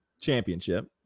championship